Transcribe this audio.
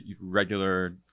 regular